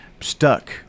stuck